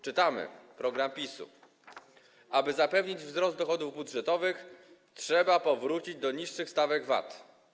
Czytamy program PiS-u: Aby zapewnić wzrost dochodów budżetowych, trzeba wrócić do niższych stawek VAT.